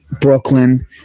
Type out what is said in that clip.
brooklyn